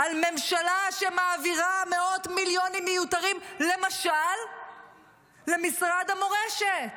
על ממשלה שמעבירה מאות מיליונים מיותרים למשל למשרד המורשת?